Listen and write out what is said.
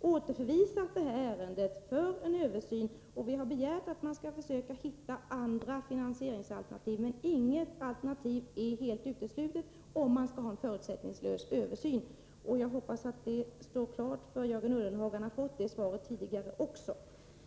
återförvisat ärendet och begärt en översyn i ärendet för att försöka hitta andra finansieringsalternativ. Men inget alternativ är helt uteslutet om man skall ha en förutsättningslös översyn. Jag hoppas att detta står klart för Jörgen Ullenhag — han har redan tidigare fått det svaret.